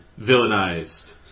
villainized